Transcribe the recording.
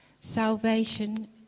Salvation